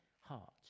heart